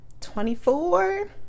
24